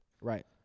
Right